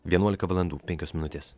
vienuolika valandų penkios minutės